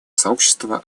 сообщество